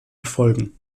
erfolgen